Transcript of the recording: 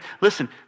Listen